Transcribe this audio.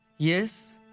yes,